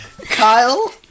Kyle